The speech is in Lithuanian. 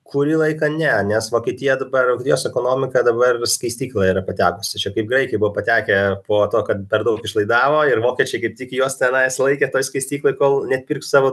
kurį laiką ne nes vokietija dabar vokietijos ekonomika dabar skaistykloje yra patekusi čia kaip graikai buvo patekę po to kad per daug išlaidavo ir vokiečiai kaip tik juos tenai sulaikė toj skaistykloj kol nepirks savo